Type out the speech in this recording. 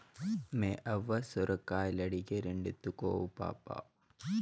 మేయవ్వ సొరకాయలడిగే, రెండెత్తుకో పాపా